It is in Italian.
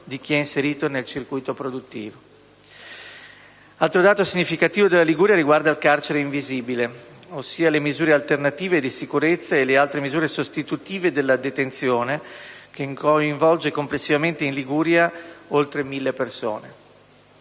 Altro dato significativo della Liguria riguarda il «carcere invisibile», ossia le misure alternative e di sicurezza e le altre misure sostitutive della detenzione, che coinvolge complessivamente in Liguria oltre mille persone.